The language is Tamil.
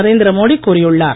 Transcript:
நரேந்திர மோடி கூறியுள்ளார்